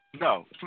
No